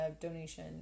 donation